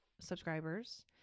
subscribers